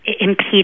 impede